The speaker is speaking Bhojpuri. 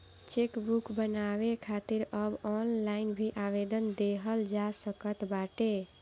चेकबुक बनवावे खातिर अब ऑनलाइन भी आवेदन देहल जा सकत बाटे